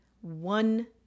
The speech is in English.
one